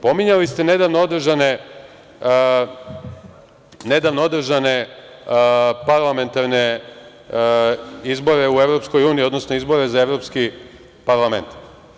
Pominjali ste nedavno održane parlamentarne izbore u EU, odnosno izbore za Evropski parlament.